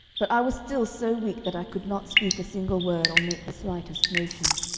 but i was still so weak that i could not speak a single word or make the slightest motion.